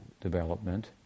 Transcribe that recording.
development